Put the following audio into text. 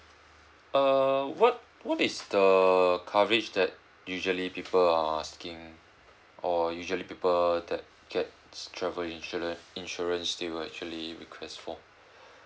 err what what is the coverage that usually people are asking or usually people that get travel insuran~ insurance they will actually request for